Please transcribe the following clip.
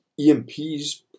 EMPs